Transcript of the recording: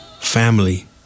family